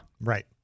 Right